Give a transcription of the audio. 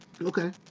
Okay